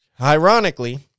Ironically